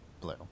blue